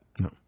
No